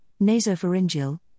nasopharyngeal